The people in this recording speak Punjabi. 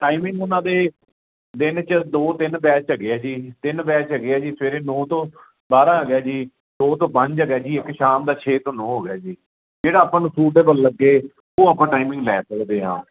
ਟਾਈਮਿੰਗ ਉਹਨਾਂ ਦੇ ਦਿਨ 'ਚ ਦੋ ਤਿੰਨ ਬੈਚ ਹੈਗੇ ਆ ਜੀ ਤਿੰਨ ਬੈਚ ਹੈਗੇ ਆ ਜੀ ਸਵੇਰੇ ਨੌਂ ਤੋਂ ਬਾਰਾਂ ਹੈਗਾ ਜੀ ਦੋ ਤੋਂ ਪੰਜ ਹੈਗਾ ਜੀ ਇੱਕ ਸ਼ਾਮ ਦਾ ਛੇ ਤੋਂ ਨੌਂ ਹੋ ਗਿਆ ਜੀ ਜਿਹੜਾ ਆਪਾਂ ਨੂੰ ਸੂਟਏਬਲ ਲੱਗੇ ਉਹ ਆਪਾਂ ਟਾਈਮਿੰਗ ਲੈ ਸਕਦੇ ਹਾਂ